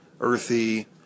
earthy